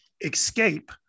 escape